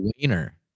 wiener